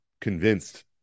convinced